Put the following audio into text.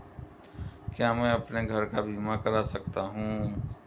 क्या मैं अपने घर का बीमा करा सकता हूँ?